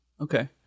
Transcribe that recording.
Okay